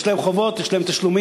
יש להם חובות, יש להם תשלומים.